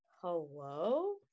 Hello